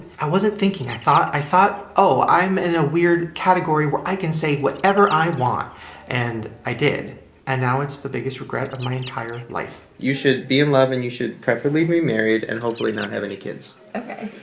i wasn't thinking, i thought i thought, oh, i'm in a weird category where i can say whatever i want' and i did and now it's the biggest regret of my entire life. you should be in love and you should preferably be married and hopefully not have any kids. okay.